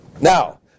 now